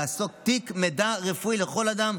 זה לעשות תיק מידע רפואי לכל אדם,